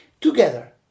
together